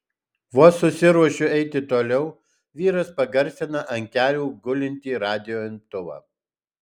vos susiruošiu eiti toliau vyras pagarsina ant kelių gulintį radijo imtuvą